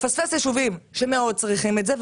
לפספס ישובים שמאוד צריכים את זה,